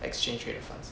exchange trade funds